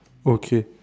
okay